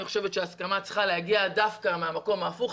אני חושבת שההסכמה צריכה להגיע דווקא מהמקום ההפוך.